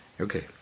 okay